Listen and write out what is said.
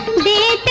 me